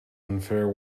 unfair